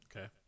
Okay